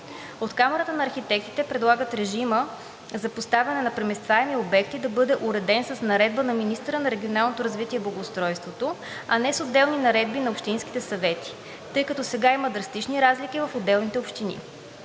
От Камарата на архитектите предлагат режима за поставяне на преместваеми обекти да бъде уреден с наредба на министъра на регионалното развитие и благоустройството, а не с отделни наредби на общинските съвети, тъй като сега има драстични разлики в отделните общини.